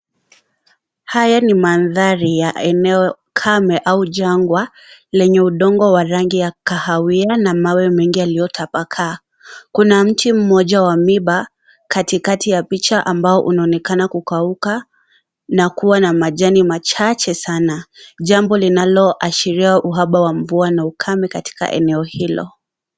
Haya ni manthari ya eneo kame au jangwa lenye udongo wa rangi ya kahawaia na mawingu mengi yaliyotapakaaa, kuna mti mmoja wa mimba katikati ya picha ambao unaonekana kukauka na kuwa na majani machache sana jambo linaloashiria uhaba wa mvua na ukame katika eneo hilo.